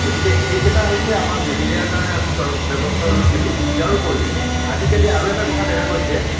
গতিকে এইকেইটা হৈছে আমাৰ মেলেৰিয়াৰ কাৰণে আমি ব্য়ৱস্থা লৈছিলোঁ ইয়াৰ উপৰি আজিকালি আৰু এটা কথা দেখা গৈছে